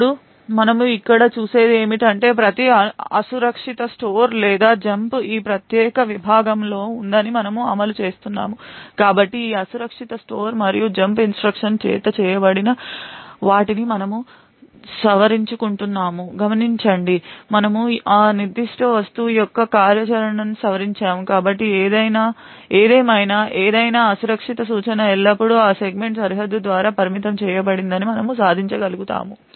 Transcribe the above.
ఇప్పుడు మనము ఇక్కడ చూసేది ఏమిటంటే ప్రతి అసురక్షిత స్టోర్ లేదా జంప్ ఈ ప్రత్యేక విభాగమునులోనే ఉందని మనము అమలు చేస్తున్నాము కాబట్టి ఈ అసురక్షిత స్టోర్ మరియు జంప్ ఇన్స్ట్రక్షన్ చేత చేయబడిన వాటిని మనము సవరించుకుంటున్నామని గమనించండి మనము ఆ నిర్దిష్ట వస్తువు యొక్క కార్యాచరణను సవరించాము కాబట్టి ఏదేమైనా ఏదైనా అసురక్షిత సూచన ఎల్లప్పుడూ ఆ సెగ్మెంట్ సరిహద్దు ద్వారా పరిమితం చేయబడిందని మనము సాధించగలుగుతాము